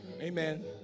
Amen